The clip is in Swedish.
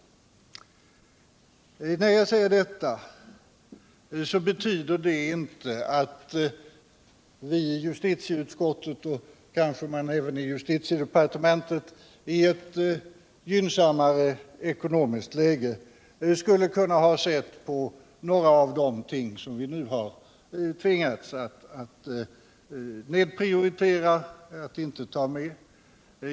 När jag säger detta betyder det inte att vi i justitieutskottet och kanske även de i justitiedepartementet i ett gynnsammare ekonomiskt läge skulle ha kunnat se mer välvilligt på några av de ting som vi nu har tvingats att inte ta med.